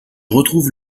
retrouve